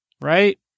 Right